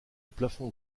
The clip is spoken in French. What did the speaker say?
plafond